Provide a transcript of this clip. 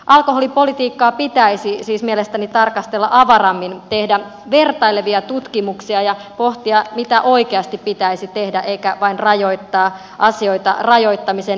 alkoholipolitiikkaa pitäisi siis mielestäni tarkastella avarammin tehdä vertailevia tutkimuksia ja pohtia mitä oikeasti pitäisi tehdä eikä vain rajoittaa asioita rajoittamisen ilosta